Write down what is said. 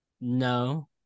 No